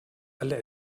alle